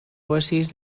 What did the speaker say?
oversees